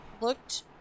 looked